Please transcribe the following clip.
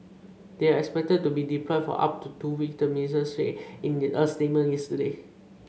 they are expected to be deployed for up to two weeks the ministry said in a statement yesterday